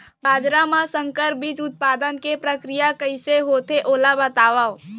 बाजरा मा संकर बीज उत्पादन के प्रक्रिया कइसे होथे ओला बताव?